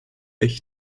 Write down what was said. ich